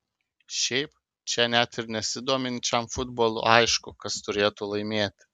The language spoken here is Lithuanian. šiaip čia net ir nesidominčiam futbolu aišku kas turėtų laimėti